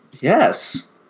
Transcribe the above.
Yes